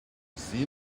see